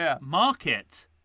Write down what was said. market